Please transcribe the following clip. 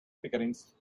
begrenzt